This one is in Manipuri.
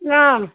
ꯑꯥ